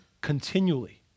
continually